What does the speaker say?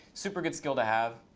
super good skill to have.